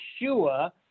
Yeshua